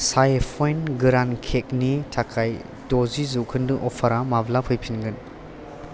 चाय पयेन्ट गोरान केकनि थाखाय द'जि जौखोन्दो अफारा माब्ला फैफिनगोन